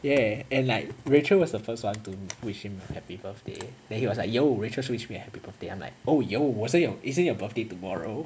ya and like rachel was the first [one] to wish him happy birthday then he was like yo rachel just wished me happy birthday I'm like oh yo wasn't your isn't your birthday tomorrow